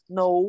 no